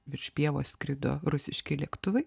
virš pievos skrido rusiški lėktuvai